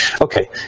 Okay